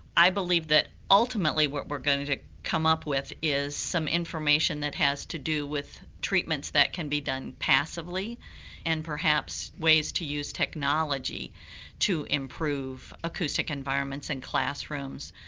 i believe that ultimately what we're going to to come up with is some information that has to do with treatments that can be done passively and perhaps ways to use technology to improve acoustic environments in classrooms.